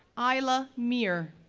ayla mir,